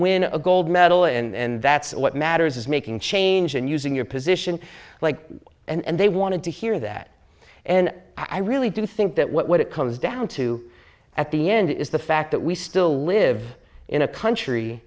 win a gold medal and that's what matters is making change and using your position like and they wanted to hear that and i really do think that what it comes down to at the end is the fact that we still live in a country